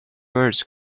birds